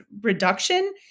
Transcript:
reduction